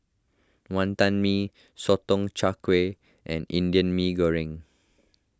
Wantan Mee Sotong Char Kway and Indian Mee Goreng